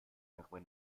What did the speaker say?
darüber